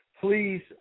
please